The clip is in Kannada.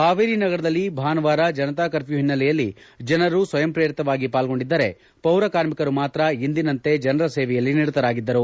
ಹಾವೇರಿ ನಗರದಲ್ಲಿ ಭಾನುವಾರ ಜನತಾ ಕಪ್ರೂ ಹಿನ್ನಲೆಯಲ್ಲಿ ಜನರು ಸ್ವಯಂ ಪ್ರೇರಿತವಾಗಿ ಪಾಲ್ಗೊಂಡಿದ್ದರೆ ಪೌರ ಕಾರ್ಮಿಕರು ಮಾತ್ರ ಎಂದಿನಂತೆ ಜನರ ಸೇವೆಯಲ್ಲಿ ನಿರತರಾಗಿದ್ದರು